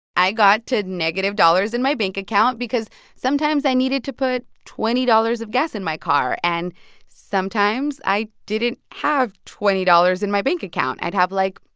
i got to negative dollars in my bank account because sometimes i needed to put twenty dollars of gas in my car, and sometimes i didn't have twenty dollars in my bank account. i'd have, like,